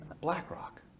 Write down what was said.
BlackRock